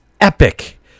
epic